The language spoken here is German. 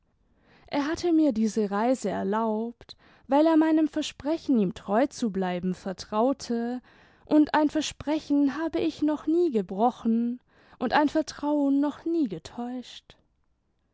er hatte mir diese reise erlaubt weil er meinem versprechen ihm treu zu bleiben vertraute und ein versprechen habe ich noch nie gebrochen und ein vertrauen noch nie getäuscht